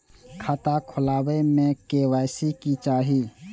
खाता खोला बे में के.वाई.सी के चाहि?